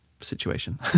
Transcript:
situation